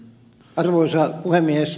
arvoisa puhemies